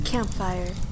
Campfire